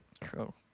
Cool